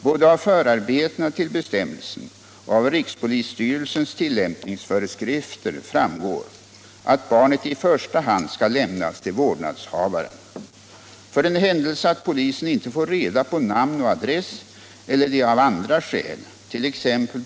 Både av " förarbetena till bestämmelsen och av rikspolisstyrelsens tillämpningsföreskrifter framgår att barnet i första hand skall lämnas till vårdnadshavaren. För den händelse att polisen inte får reda på namn och adress eller det av andra skäl —t.ex.